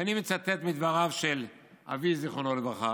ואני מצטט מדבריו של אבי, זיכרונו לברכה,